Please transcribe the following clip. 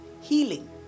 healing